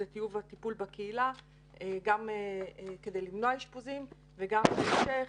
זה טיוב הטיפול בקהילה גם כדי למנוע אשפוזים וגם בהמשך,